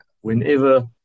whenever